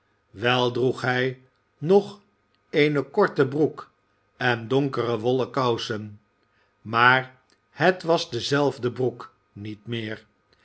wel droeg hij nog eene korte broek en donkere wollen kousen maar het was dezelfde broek niet meer